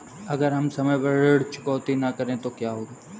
अगर हम समय पर ऋण चुकौती न करें तो क्या होगा?